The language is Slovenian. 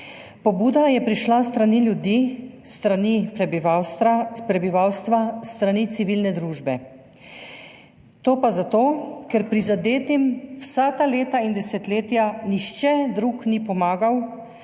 Pobuda je prišla s strani ljudi, s strani prebivalstva, s strani civilne družbe, to pa zato, ker prizadetim vsa ta leta in desetletja nihče drug ni pomagal